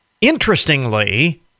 Interestingly